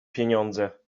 pieniądze